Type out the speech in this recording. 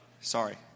sorry